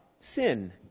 sin